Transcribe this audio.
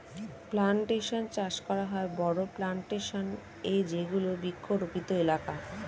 plantation চাষ করা হয় বড়ো প্লানটেশন এ যেগুলি বৃক্ষরোপিত এলাকা